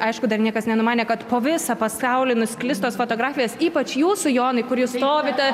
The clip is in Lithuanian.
aišku dar niekas nenumanė kad po visą pasaulį nusklis tos fotografijos ypač jūsų jonai kur jūs stovite